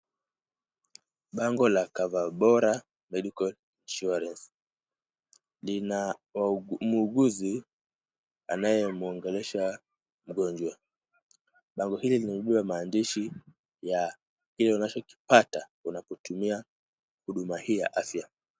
Bango la COVERBORA MEDICAL INSURANCE lina muuguzi anayemwongelesha mgonjwa. Bango hili linaibua maandishi ya kile unachokipata unapotumia huduma hii ya afya.